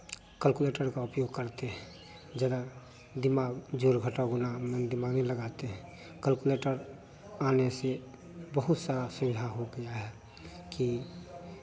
calculator का उपयोग करते है ज़्यादा दिमाग जोड़ घटाव गुणा में दिमाग नहीं लगाते हैं कैलकुलेटर आने से बहुत सारा सुविधा हो गया है कि